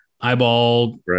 eyeball